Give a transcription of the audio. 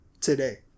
today